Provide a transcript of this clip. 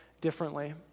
differently